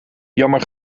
jammer